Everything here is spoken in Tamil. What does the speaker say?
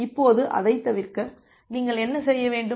இப்போது அதைத் தவிர்க்க நீங்கள் என்ன செய்ய வேண்டும்